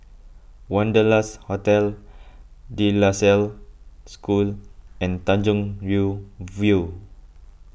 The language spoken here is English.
Wanderlust Hotel De La Salle School and Tanjong Rhu View